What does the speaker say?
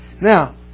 Now